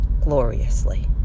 gloriously